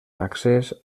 accés